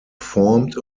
formed